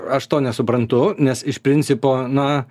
aš to nesuprantu nes iš principo na